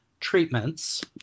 treatments